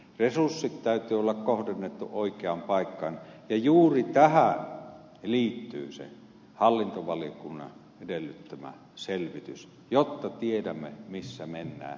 resurssien täytyy olla oikeaan paikkaan kohdennetut ja juuri tähän liittyy se hallintovaliokunnan edellyttämä selvitys jotta tiedämme missä mennään